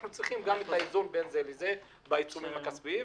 אנחנו צריכים גם את האיזון בין זה בעיצומים הכספים,